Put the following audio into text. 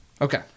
Okay